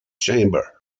chamber